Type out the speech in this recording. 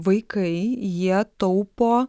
vaikai jie taupo